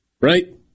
right